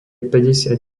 päťdesiat